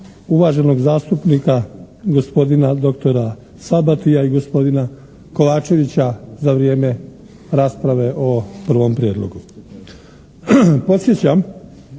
uvaženog zastupnika gospodina dr. Sabatija i gospodina Kovačevića za vrijeme rasprave o prvom prijedlogu. Podsjećam,